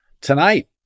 Tonight